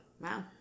Wow